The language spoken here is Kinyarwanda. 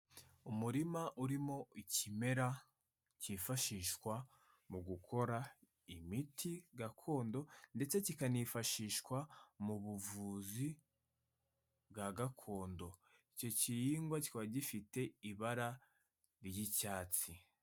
Umurima urimo ikimera cyifashishwa mu gukora imiti gakondo, ndetse kikanifashishwa mu buvuzi bwa gakondo, icyo kihingwa kikaba gifite ibara ry'icyatsi.